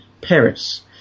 Paris